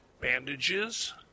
bandages